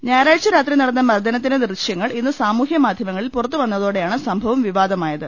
ഞായറാഴ്ച രാത്രി നടന്ന മർദ്ദനത്തിന്റെ ദൃശ്യങ്ങൾ ഇന്ന് സമൂഹ മാധ്യമങ്ങളിൽ പുറത്തുവന്നതോടെയാണ് സംഭവം വിവാദമായത്